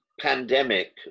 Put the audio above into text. pandemic